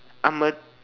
I'm a